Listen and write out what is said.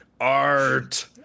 Art